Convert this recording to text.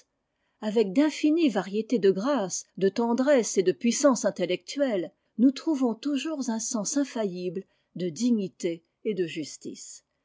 avec d'infinies variétés de grâce de tendresse et de puissance intellectuelle nous trouvons toujours un sens infaillible de dignité et de justice